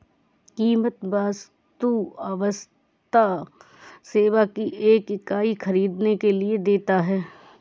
कीमत वस्तु अथवा सेवा की एक इकाई ख़रीदने के लिए देता है